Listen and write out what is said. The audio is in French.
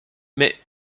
mais